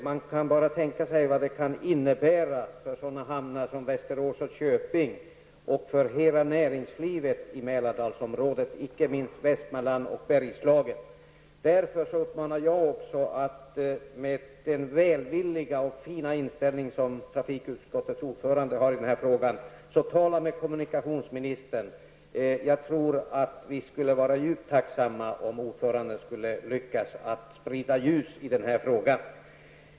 Man kan bara tänka sig vad det kan innebära för sådana hamnar som Västerås och Köping och för hela näringslivet i Mälardalsområdet, icke minst för Västmanland och Bergslagen. Därför vill jag uppmana trafikutskottets ordförande, med den välvilja och fina inställning som han har visat i den här frågan, att tala med kommunikationsministern. Vi skulle vara djupt tacksamma om ordföranden lyckades med att sprida ljus i den här frågan.